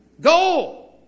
Go